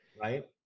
Right